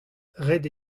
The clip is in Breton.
ret